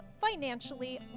financially